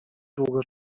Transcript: długo